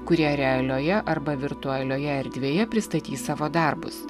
kurie realioje arba virtualioje erdvėje pristatys savo darbus